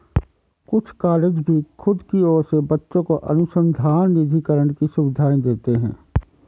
कुछ कॉलेज भी खुद की ओर से बच्चों को अनुसंधान निधिकरण की सुविधाएं देते हैं